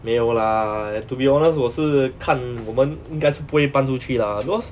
没有 lah to be honest 我是看我们应该是不会搬出去 lah because